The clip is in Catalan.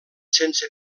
sense